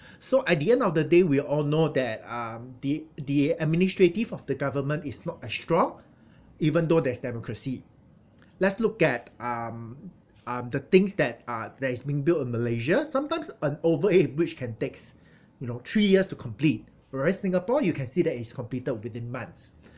so at the end of the day we all know that um the the administrative of the government is not as strong even though there's democracy let's look at um um the things that are that is being built in malaysia sometimes an overhead bridge can takes you know three years to complete whereas singapore you can see that is completed within months